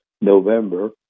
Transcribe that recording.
November